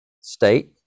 state